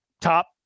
top